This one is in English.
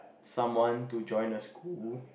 someone to join a school